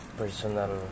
personal